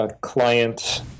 client